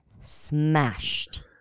smashed